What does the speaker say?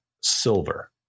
Silver